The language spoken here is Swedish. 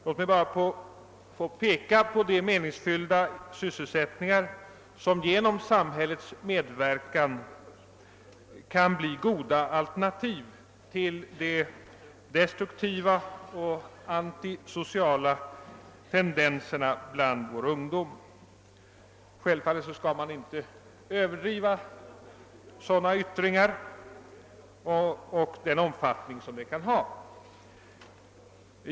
Låt mig bara få peka på de meningsfyllda sysselsättningar som genom samhällets medverkan kan bli goda alternativ till de destruktiva och antisociala tendenserna bland ungdo men. Självfallet bör man inte överdriva sådana yttringar och den omfattning som de kan ha.